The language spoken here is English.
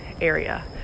area